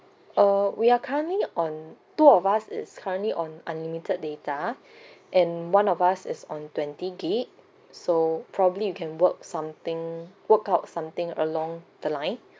uh we are currently on two of us is currently on unlimited data and one of us is on twenty gigabytes so probably we can work something work out something along the line